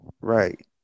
Right